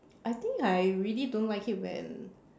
I think I really don't like it when